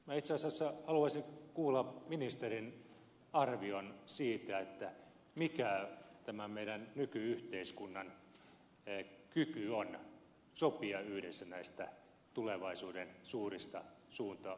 minä itse asiassa haluaisin kuulla ministerin arvion siitä mikä tämä meidän nyky yhteiskunnan kyky on sopia yhdessä näistä tulevaisuuden suurista suuntaviivoista